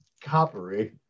coppery